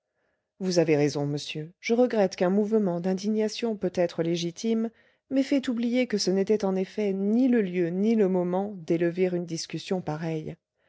vous avez raison monsieur je regrette qu'un mouvement d'indignation peut-être légitime m'ait fait oublier que ce n'était en effet ni le lieu ni le moment d'élever une discussion pareille